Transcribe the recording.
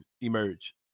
emerge